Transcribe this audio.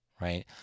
Right